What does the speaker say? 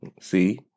See